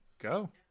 Go